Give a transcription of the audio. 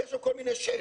ויש שם כל מיני שאלות.